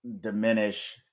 diminish